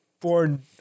Born